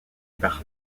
par